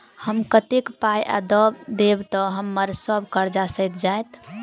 हम कतेक पाई आ दऽ देब तऽ हम्मर सब कर्जा सैध जाइत?